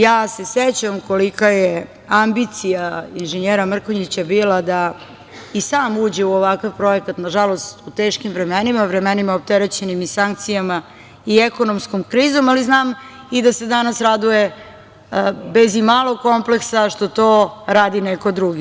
Ja se sećam kolika je ambicija inženjera Mrkonjića bila da i sam uđe u ovakva projekat, nažalost u teškim vremenima, vremenima opterećenim i sankcijama, i ekonomskom krizom, ali znam i da se danas raduje bez imalo kompleksa što to radi neko drugi.